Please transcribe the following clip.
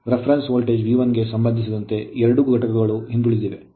Reference ಉಲ್ಲೇಖ voltage V1 ಗೆ ಸಂಬಂಧಿಸಿದಂತೆ ಎರಡೂ ಘಟಕಗಳು ಹಿಂದುಳಿದಿವೆ